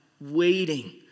waiting